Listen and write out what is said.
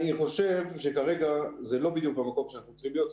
אני אומר שכרגע זה לא בדיוק במקום שאנחנו צריכים להיות.